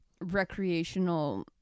Recreational